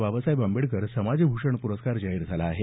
बाबासाहेब आंबेडकर समाजभूषण प्रस्कार जाहीर झाला आहे